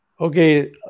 Okay